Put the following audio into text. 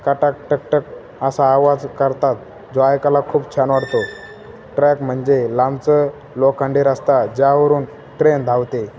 काटक टकटक असा आवाज करतात जो ऐकायला खूप छान वाटतो ट्रॅक म्हणजे लांबचा लोखंडी रस्ता ज्यावरून ट्रेन धावते